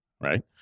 right